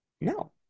no